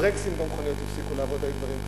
הברקסים במכוניות הפסיקו לעבוד, היו דברים קשים.